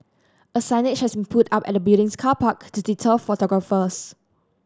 a signage has been put up at the building's car park to deter photographers